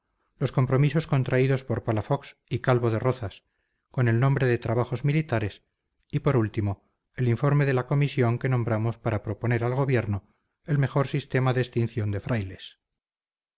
los compromisos contraídos por palafox y calvo de rozas con el nombre de trabajos militares y por último el informe de la comisión que nombramos para proponer al gobierno el mejor sistema de extinción de frailes